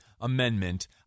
Amendment